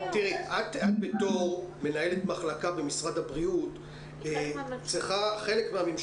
בתור מנהלת מחלקה במשרד הבריאות את חלק מהממשלה.